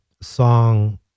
song